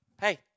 Hey